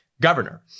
governor